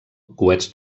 coets